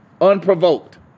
unprovoked